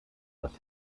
was